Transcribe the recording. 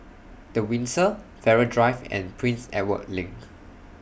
The Windsor Farrer Drive and Prince Edward LINK